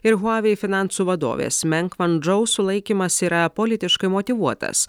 ir huavei finansų vadovės meng vandžou sulaikymas yra politiškai motyvuotas